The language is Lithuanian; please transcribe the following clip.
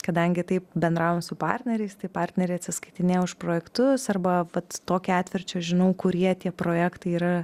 kadangi taip bendravom su partneriais tai partneriai atsiskaitinėjo už projektus arba vat to ketvirčio žinau kurie tie projektai yra